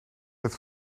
het